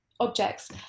objects